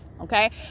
Okay